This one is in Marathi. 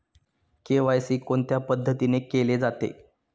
के.वाय.सी कोणत्या पद्धतीने केले जाते?